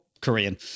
Korean